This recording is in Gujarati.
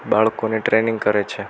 બાળકોને ટ્રેનિંગ કરે છે